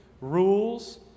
rules